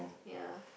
ya